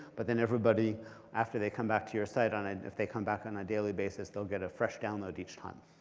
but then everybody after they come back to your site, and if they come back on a daily basis they'll get a fresh download each time.